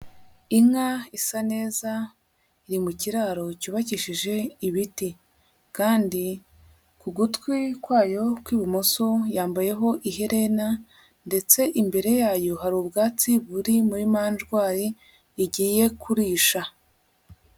Inka isa neza iri mu kiraro cyubakishije ibiti kandi ku gutwi kwayo kw'ibumoso yambayeho iherena ndetse imbere yayo hari ubwatsi buri muri manjwari igiye kurisha.